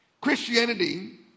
Christianity